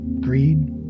greed